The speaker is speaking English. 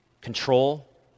control